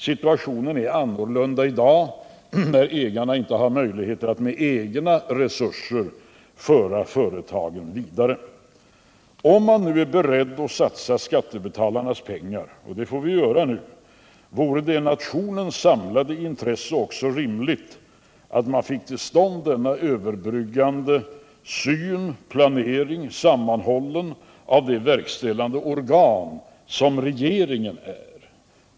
Situationen är annorlunda i dag när ägarna inte har möjligheter att med egna resurser föra företagen vidare. Om man nu är beredd att satsa skattebetalarnas pengar — och det får vi göra nu — vore det i nationens samlade intresse också rimligt att man fick till stånd denna överbryggande planering, sammanhållen av regeringen som det verkställande organ den är.